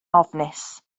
ofnus